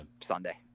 Sunday